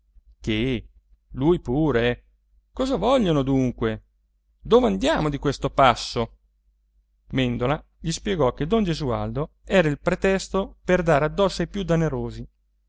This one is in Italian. che lui pure cosa vogliono dunque dove andiamo di questo passo mèndola gli spiegò che don gesualdo era il pretesto per dare addosso ai più denarosi ma